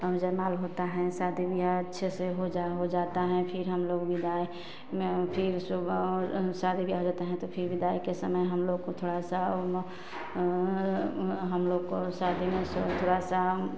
जयमाल होता है शादी विवाह अच्छे से हो जा हो जाता है फिर हमलोग विदाई में फिर सुबह शादी विवाह हो जाता है तो फिर विदाई के समय हमलोग को थोड़ा सा हमलोग को शादी में थोड़ा सा